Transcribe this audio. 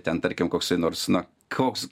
ten tarkim koksai nors na koks